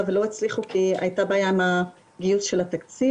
ולא הצליחו כי הייתה בעיה עם הגיוס של התקציב.